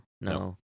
no